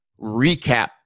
Recap